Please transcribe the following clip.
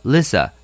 Lisa